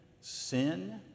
sin